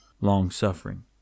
long-suffering